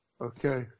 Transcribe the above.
Okay